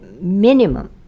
minimum